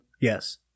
Yes